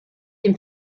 dem